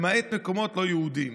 למעט מקומות לא יהודיים?